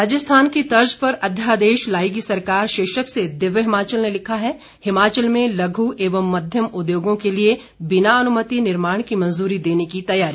राजस्थान की तर्ज पर अध्यादेश लाएगी सरकार शीर्षक से दिव्य हिमाचल ने लिखा है हिमाचल में लघ् एवं मध्यम उद्योगों के लिए बिना अनुमति निर्माण की मंजूरी देने की तैयारी